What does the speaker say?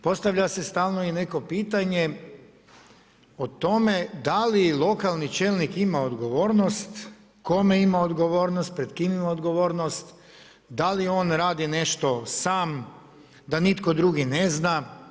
Postavlja se stalno i neko pitanje o tome da li lokalni čelnik ima odgovornost, kome ima odgovornost, pred kime ima odgovornost, da li on radi nešto sam da nitko drugi ne zna.